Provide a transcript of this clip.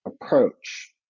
approach